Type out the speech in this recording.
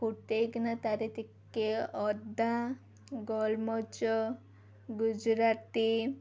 ଫୁଟେଇକିନା ତା'ରି ଟିକେ ଅଦା ଗୋଲ୍ମରିଚ ଗୁଜୁରାତି